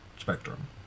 spectrum